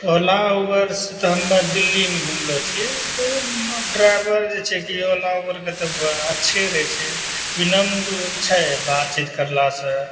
ओला Uber से तऽ हमे दिल्लीमे घुमलो छियै तऽ ड्राइवर जे छै कि ओला उबरके तऽ ब अच्छे रहै छै विनम्र छै बातचीत करला से